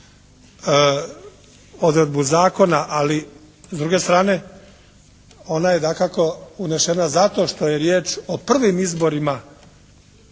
odredbu zakona, ali s druge strane ona je dakako unešena zato što je riječ o prvim izborima